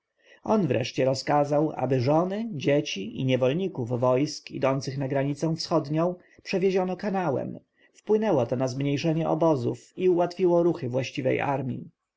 on wreszcie rozkazał aby żony dzieci i niewolników wojsk idących na granicę wschodnią przewieziono kanałem wpłynęło to na zmniejszenie obozów i ułatwiło ruchy właściwej armji